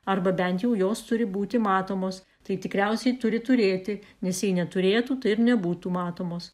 arba bent jau jos turi būti matomos tai tikriausiai turi turėti nes jei neturėtų tai ir nebūtų matomos